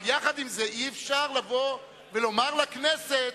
אבל עם זאת, אי-אפשר לבוא ולומר לכנסת: